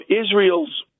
Israel's